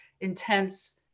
intense